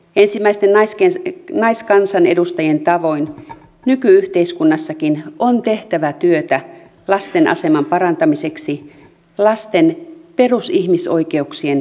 ensimmäisten naiskansanedustajien tavoin nyky yhteiskunnassakin on tehtävä työtä lasten aseman parantamiseksi lasten perusihmisoikeuksien säilyttämiseksi